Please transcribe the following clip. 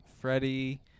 Freddie